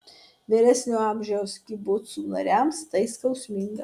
vyresnio amžiaus kibucų nariams tai skausminga